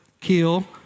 kill